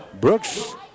Brooks